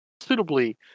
Suitably